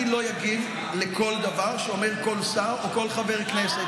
אני לא אגיב על כל דבר שאומר כל שר או כל חבר כנסת.